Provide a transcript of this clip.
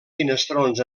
finestrons